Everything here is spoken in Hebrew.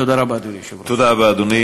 תודה רבה, אדוני